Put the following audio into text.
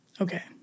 Okay